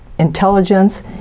Intelligence